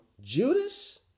Judas